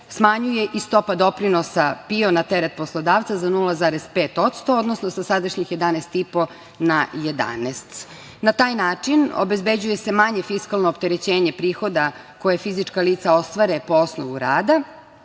smanjuje i stopa doprinosa PIO na teret poslodavca za 0,5%, odnosno sa sadašnjih 11,5 na 11.Na taj način obezbeđuje se manje fiskalno opterećenje prihoda koje fizička lica ostvare po osnovu rada,